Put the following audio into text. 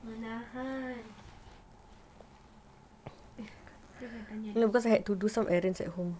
menahan